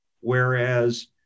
Whereas